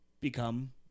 become